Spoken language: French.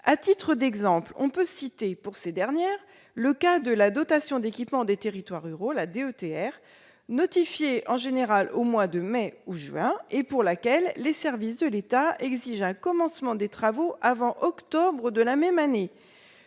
À titre d'exemple, on peut citer le cas de la dotation d'équipement des territoires ruraux, la DETR, notifiée en général aux mois de mai ou de juin, et pour laquelle les services de l'État exigent un commencement des travaux avant octobre de la même année